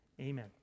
amen